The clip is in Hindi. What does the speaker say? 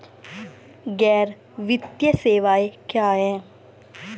गैर वित्तीय सेवाएं क्या हैं?